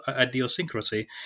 idiosyncrasy